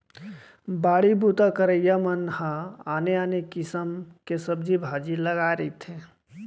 बाड़ी बूता करइया मन ह आने आने किसम के सब्जी भाजी लगाए रहिथे